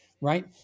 right